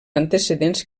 antecedents